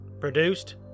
Produced